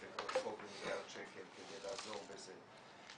אגרות חוב במיליארד שקל כדי לעזור בזה,